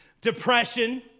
depression